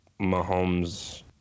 Mahomes